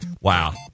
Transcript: wow